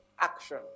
action